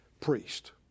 priest